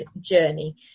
journey